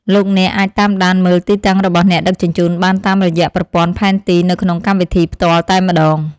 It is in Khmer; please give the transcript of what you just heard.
លោកអ្នកអាចតាមដានមើលទីតាំងរបស់អ្នកដឹកជញ្ជូនបានតាមរយៈប្រព័ន្ធផែនទីនៅក្នុងកម្មវិធីផ្ទាល់តែម្តង។